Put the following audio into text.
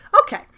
Okay